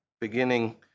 beginning